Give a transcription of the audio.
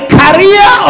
career